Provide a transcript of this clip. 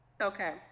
Okay